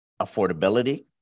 affordability